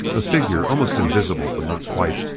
a figure, almost invisible but not quite,